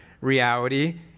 reality